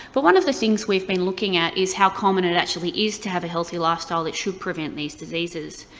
but one of the things we've been looking at is how common it actually is to have a healthy lifestyle that should prevent these diseases.